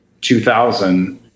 2000